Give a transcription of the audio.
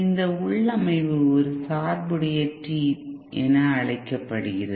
இந்த உள்ளமைவு ஒரு சார்புடைய T என அழைக்கப்படுகிறது